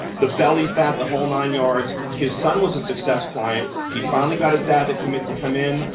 the belly fat, the whole nine yards. his son was a success client. he finally got his dad to commit to come in.